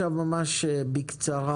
אני מבקש בקצרה